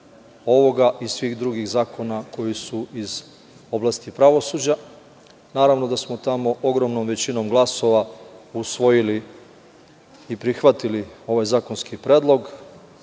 i svih drugih zakona koji su iz oblasti pravosuđa. Naravno da smo tamo ogromnom većinom glasova usvojili i prihvatili ovaj zakonski predlog.